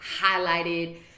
highlighted